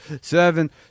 seven